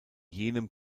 jenem